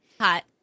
Hot